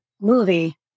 movie